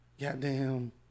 goddamn